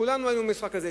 כולנו היינו במשחק הזה.